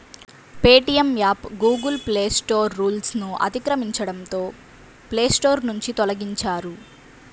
Paytm app Google Play Store రూల్స్ను అతిక్రమించడంతో Play Store నుంచి తొలగించారు